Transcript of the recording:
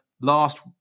last